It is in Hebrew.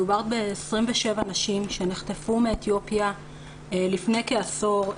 מדובר ב-27 נשים שנחטפו מאתיופיה לפני כעשור.